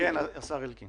השר אלקין.